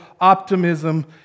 optimism